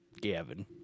Gavin